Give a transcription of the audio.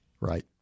right